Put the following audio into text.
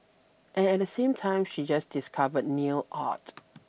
and at the same time she just discovered nail art